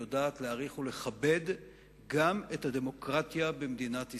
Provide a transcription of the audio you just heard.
יודעת להעריך ולכבד גם את הדמוקרטיה במדינת ישראל.